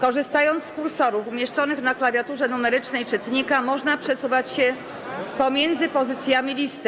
Korzystając z kursorów umieszczonych na klawiaturze numerycznej czytnika, można przesuwać się pomiędzy pozycjami listy.